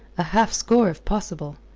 a half-score if possible,